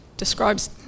describes